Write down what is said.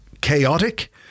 chaotic